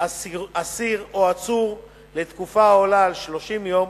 אסיר או עצור לתקופה העולה על 30 יום,